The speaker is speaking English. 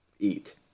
eat